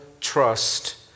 trust